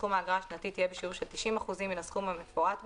סכום האגרה השנתית יהיה בשיעור של 90% מן הסכום המפורט בה,